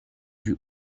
vues